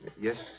Yes